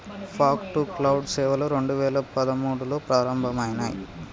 fog to cloud సేవలు రెండు వేల పదమూడులో ప్రారంభమయినాయి